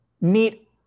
meet